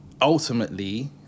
ultimately